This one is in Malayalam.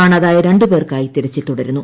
കാണാതായ രണ്ട് പേർക്കായി തിരച്ചിൽ തുടരുന്നു